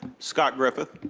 scott griffith.